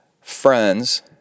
friends